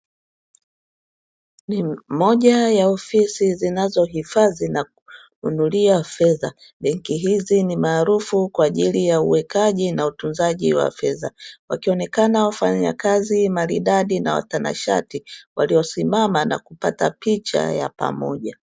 Moja ya ofisi zinazohifadhi fedha na kununulia fedha, benki hizi ni maarufu kwaajili ya uwekaji na utunzaji wa fedha, wakionekana wafanyakazi maridadi na watanashati waliosimama na kupata picha ya pamoja.